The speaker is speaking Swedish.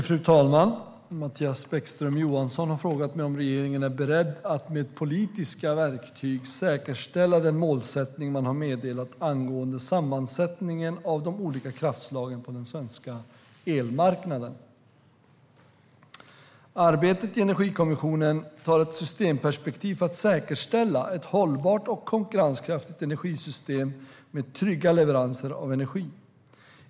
Fru talman! Mattias Bäckström Johansson har frågat mig om regeringen är beredd att med politiska verktyg säkerställa den målsättning man har meddelat angående sammansättningen av de olika kraftslagen på den svenska elmarknaden. Arbetet i Energikommissionen tar ett systemperspektiv för att säkerställa ett hållbart och konkurrenskraftigt energisystem med trygga leveranser av energi.